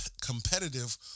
competitive